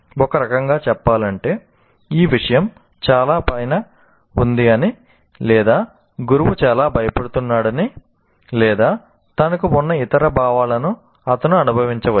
ఒక రకంగా చెప్పాలంటే ఈ విషయం చాలా పైన ఉందని లేదా గురువు చాలా భయపెడుతున్నాడని లేదా తనకు ఉన్న ఇతర భావాలను అతను అనుభవించవచ్చు